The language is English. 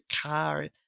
Car